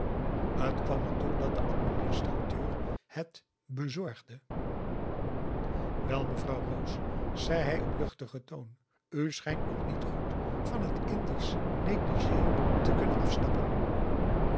er toe dat de administrateur het bezorgde wel mevrouw roos zei hij op luchtigen toon u schijnt nog niet goed van het indisch négligé te kunnen afstappen